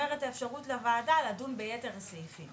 לאפשר לממשלה לדון ביתר הסעיפים